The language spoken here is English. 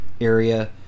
area